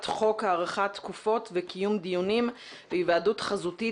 חוק הארכת תקופות וקיום דיונים בהיוועדות חזותית